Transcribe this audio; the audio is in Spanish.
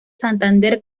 santander